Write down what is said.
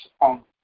on